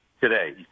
today